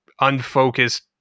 unfocused